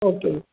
okay